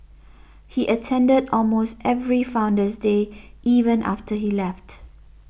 he attended almost every Founder's Day even after he left